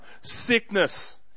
sickness